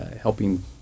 helping